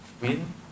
win